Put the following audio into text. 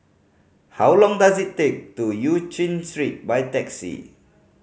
how long does it take to Eu Chin Street by taxi